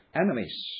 enemies